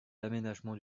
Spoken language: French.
l’aménagement